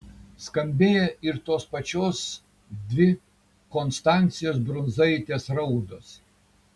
skambėjo ir tos pačios dvi konstancijos brundzaitės raudos